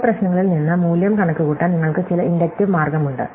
ഉപ പ്രശ്നങ്ങളിൽ നിന്ന് മൂല്യം കണക്കുകൂട്ടാൻ നിങ്ങൾക്ക് ചില ഇൻഡക്റ്റീവ് മാർഗമുണ്ട്